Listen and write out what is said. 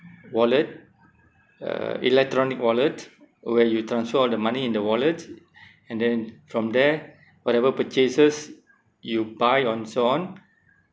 wallet uh electronic wallet where you transfer all the money in the wallet and then from there whatever purchases you buy on so on